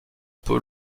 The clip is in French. peu